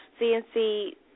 CNC